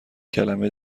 کلمه